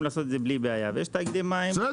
לעשות את זה בלי בעיה ויש תאגידי מים פחות חזקים.